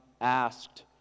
asked